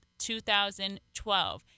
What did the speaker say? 2012